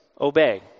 Obey